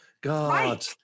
God